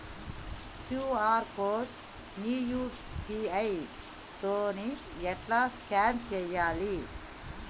QR code ని UPI తోని ఎట్లా స్కాన్ చేయాలి?